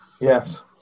Yes